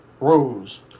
rose